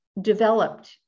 developed